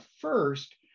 first